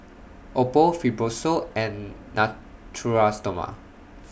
Oppo Fibrosol and Natura Stoma